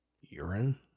urine